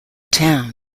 town